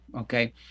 okay